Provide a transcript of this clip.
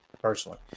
personally